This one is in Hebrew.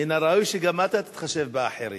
מן הראוי שגם אתה תתחשב באחרים.